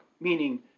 meaning